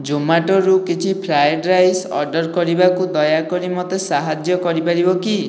ଜୋମାଟୋରୁ କିଛି fried rice order କରିବାକୁ ଦୟାକରି ମୋତେ ସାହାଯ୍ୟ କରିପାରିବ କି